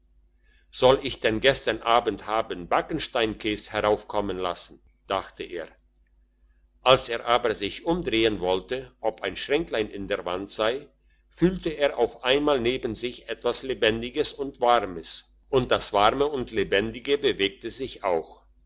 soll ich denn gestern abend haben backensteinkäs heraufkommen lassen dachte er als er aber sich umdrehen wollte ob ein schränklein in der wand sei fühlte er auf einmal neben sich etwas lebendiges und warmes und das warme und lebendige bewegte sich auch